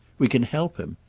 we can help him.